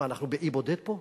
מה, אנחנו באי בודד פה?